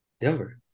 Denver